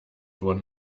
wurden